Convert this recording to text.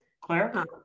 Claire